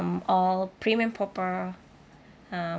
all prim and proper um